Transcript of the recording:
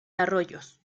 arroyos